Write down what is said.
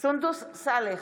סונדוס סאלח,